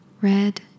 red